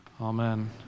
amen